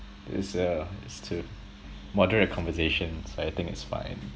it's a it's to moderate a conversation so I think it's fine